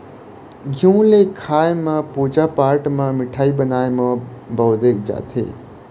घींव ल खाए म, पूजा पाठ म, मिठाई बनाए म बउरे जाथे